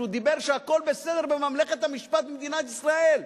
שאמר שהכול בסדר בממלכת המשפט במדינת ישראל.